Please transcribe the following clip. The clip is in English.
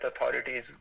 authorities